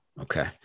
okay